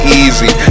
easy